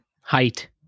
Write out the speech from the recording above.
height